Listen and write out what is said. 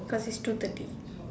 cause it's two thirty